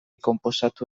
konposatu